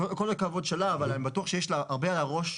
עם כל הכבוד שלה ואני בטוח שיש לה הרבה על הראש.